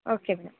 okay madam